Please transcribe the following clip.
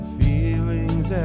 feelings